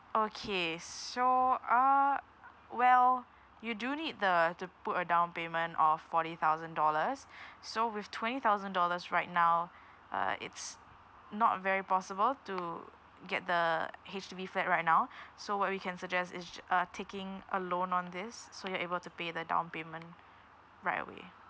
okay so uh well you do need the to put a down payment of forty thousand dollars so with twenty thousand dollars right now uh it's not very possible to get the H_D_B flat right now so what we can suggest is ju~ uh taking a loan on this so you're able to pay the down payment right away